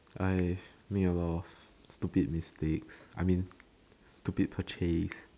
I made a lot of stupid mistakes I mean stupid purchase